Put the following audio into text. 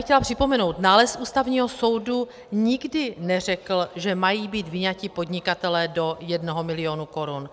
Chtěla bych připomenout, nález Ústavního soudu nikdy neřekl, že mají být vyňati podnikatelé do jednoho milionu korun.